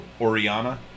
Oriana